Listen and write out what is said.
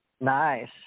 nice